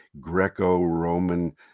greco-roman